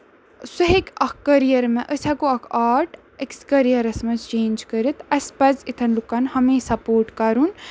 سُہ ہیٚکہِ اکھ کٔریر مےٚ أسۍ ہیٚکو اکھ آرٹ أکِس کٔریرس منٛز چینج کٔرِتھ اَسہِ پَزِ یِتھٮ۪ن لُکن ہمیشہٕ سَپورٹ کَرُن